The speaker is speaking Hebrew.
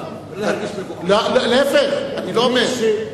אדוני היושב-ראש, אני לא צבוע כדי להרגיש מבוכה.